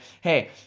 Hey